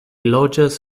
loĝas